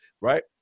right